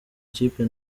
ikipe